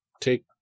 take